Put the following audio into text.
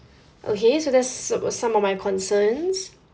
okay so that's so~ some of my concerns